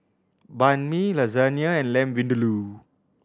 Banh Mi Lasagne and Lamb Vindaloo